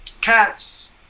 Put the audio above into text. cats